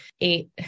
eight